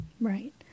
Right